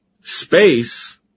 space